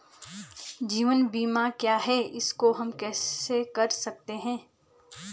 जीवन बीमा क्या है इसको हम कैसे कर सकते हैं?